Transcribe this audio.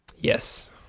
Yes